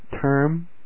term